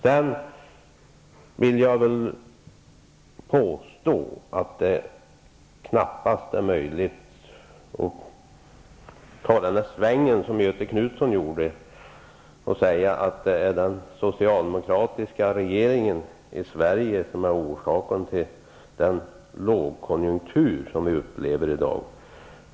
Det är knappast möjligt att ta den sväng som Göthe Knutson tog, och säga att det är den socialdemokratiska regeringen i Sverige som är orsaken till den lågkonjunktur som vi upplever i dag.